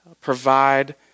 provide